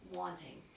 wanting